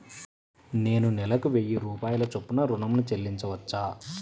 నేను నెలకు వెయ్యి రూపాయల చొప్పున ఋణం ను చెల్లించవచ్చా?